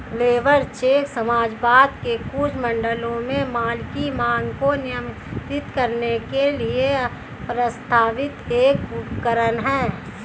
labour cheque समाजवाद के कुछ मॉडलों में माल की मांग को नियंत्रित करने के लिए प्रस्तावित एक उपकरण है